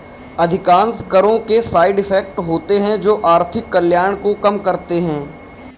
अधिकांश करों के साइड इफेक्ट होते हैं जो आर्थिक कल्याण को कम करते हैं